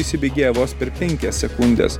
įsibėgėja vos per penkias sekundes